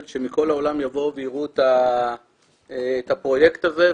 שמכל העולם יבואו ויראו את הפרויקט הזה,